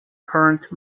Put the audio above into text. current